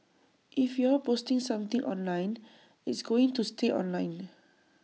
if you're posting something online it's going to stay online